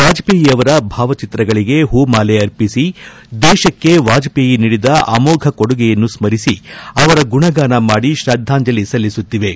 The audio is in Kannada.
ವಾಜಪೇಯಿ ಅವರ ಭಾವಚಿತ್ರಗಳಿಗೆ ಹೂಮಾಲೆ ಅರ್ಪಿಸಿ ದೇಶಕ್ಕೆ ವಾಜಪೇಯ ನೀಡಿದ ಅಮೋಘ ಕೊಡುಗೆಯನ್ನು ಸ್ಥರಿಸಿ ಅವರ ಗುಣಗಾನ ಮಾಡಿ ಶ್ರದ್ದಾಂಜಲಿ ಸಲ್ಲಿಸುತ್ತಿವೆ